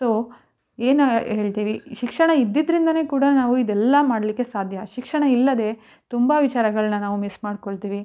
so ಏನು ಹೇಳ್ತೀವಿ ಶಿಕ್ಷಣ ಇದ್ದಿದ್ರಿಂದ ಕೂಡ ನಾವು ಇದೆಲ್ಲ ಮಾಡಲಿಕ್ಕೆ ಸಾಧ್ಯ ಶಿಕ್ಷಣ ಇಲ್ಲದೆ ತುಂಬ ವಿಚಾರಗಳನ್ನು ನಾವು ಮಿಸ್ ಮಾಡಿಕೊಳ್ತೀವಿ